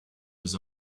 his